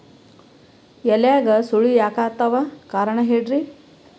ಎಲ್ಯಾಗ ಸುಳಿ ಯಾಕಾತ್ತಾವ ಕಾರಣ ಹೇಳ್ರಿ?